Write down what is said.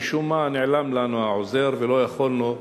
משום מה נעלם לנו העוזר ולא יכולנו,